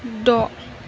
द'